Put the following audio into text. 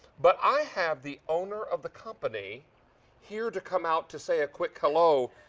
but i have the owner of the company here to come out to say a quick hello.